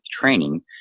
training